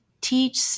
teach